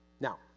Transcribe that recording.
Now